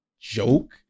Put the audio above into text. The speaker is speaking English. joke